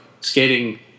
skating